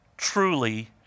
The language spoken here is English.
Truly